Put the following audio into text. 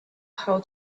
how